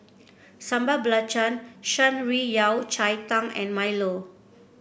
Sambal Belacan Shan Rui Yao Cai Tang and milo